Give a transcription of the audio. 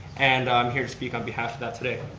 and i'm here to speak on behalf of that today.